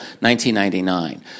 1999